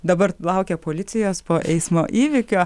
dabar laukia policijos po eismo įvykio